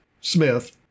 Smith